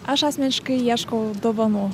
aš asmeniškai ieškau dovanų